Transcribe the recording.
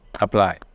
apply